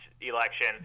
election